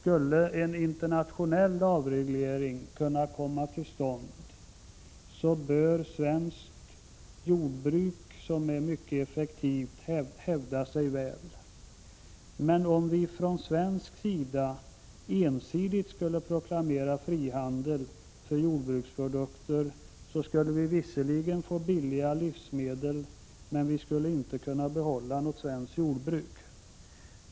Om en internationell avreglering skulle komma till stånd borde vårt effektiva svenska jordbruk hävda sig väl. Om vi från svensk sida ensidigt skulle proklamera frihandel för jordbruksprodukter, skulle vi visserligen få billiga livsmedel, men vi skulle inte kunna behålla något svenskt jordbruk.